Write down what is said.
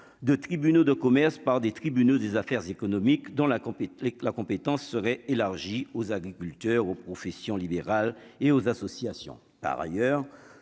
de tribunaux de commerce par des tribunaux des affaires économiques dans la compétence, la compétence serait élargie aux agriculteurs, aux professions libérales et aux associations,